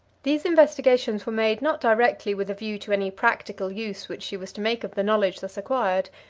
these investigations were made, not directly with a view to any practical use, which she was to make of the knowledge thus acquired,